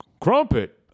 crumpet